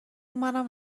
منم